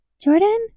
Jordan